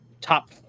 top